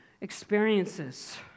experiences